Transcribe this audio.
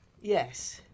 Yes